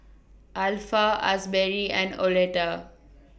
Alpha Asberry and Oleta